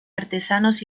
artesanos